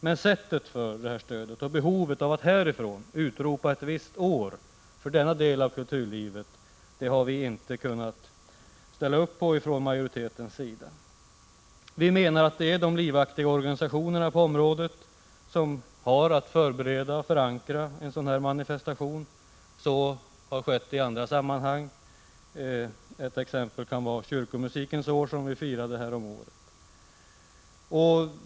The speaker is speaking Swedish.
Men slaget av stöd och behovet av att härifrån utpeka ett visst år för denna del av kulturlivet har utskottsmajoriteten inte kunnat acceptera. Enligt vår åsikt är det de livaktiga organisationerna på området som har att förbereda och förankra en sådan här manifestation. Så har skett i andra sammanhang. Ett exempel är Kyrkomusikens år som vi firade häromåret.